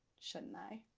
shouldn't i?